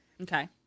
Okay